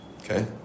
Okay